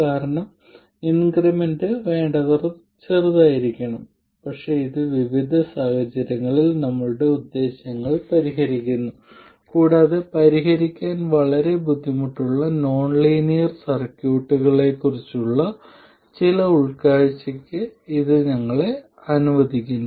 ഒരു പോർട്ട് രണ്ട് പോർട്ട് അല്ലെങ്കിൽ എത്ര പോർട്ടുകൾക്കും ഏത് തരത്തിലുള്ള നോൺ ലീനിയറിറ്റിക്കും ഇത് ശരിയാണ്